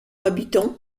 habitants